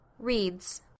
reads